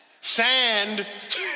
Sand